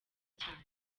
cyane